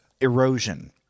erosion